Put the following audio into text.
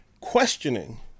questioning